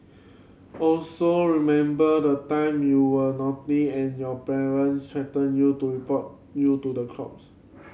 also remember the time you were naughty and your parents threatened you to report you to the corps